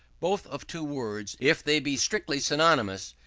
both of two words, if they be strictly synonymous,